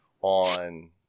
on